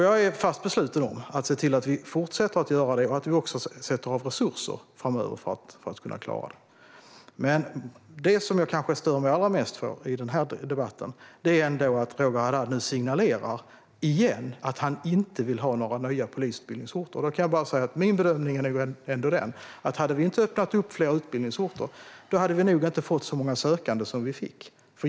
Jag är fast besluten att vi fortsätter att göra det och att vi också sätter av resurser framöver för att kunna klara det. Det som kanske stör mig allra mest i debatten är att Roger Haddad nu signalerar igen att han inte vill ha några polisutbildningsorter. Jag kan bara säga att min bedömning nog är den att hade vi inte öppnat fler utbildningsorter hade vi inte fått så många sökande som vi fick.